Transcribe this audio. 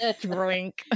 Drink